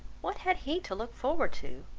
what had he to look forward to?